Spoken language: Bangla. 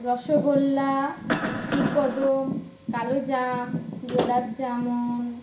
রসগোল্লা ক্ষীরকদম কালোজাম গোলাপ জামুন